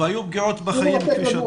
והיו פגיעות בחיים כפי שאתה יודע.